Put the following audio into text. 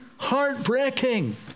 Heartbreaking